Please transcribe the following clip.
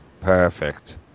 perfect